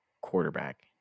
quarterback